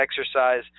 exercise